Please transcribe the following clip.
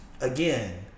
again